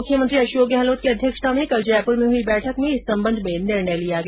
मुख्यमंत्री अशोक गहलोत की अध्यक्षता में कल जयपुर में हुई बैठक में इस संबंध में निर्णय लिया गया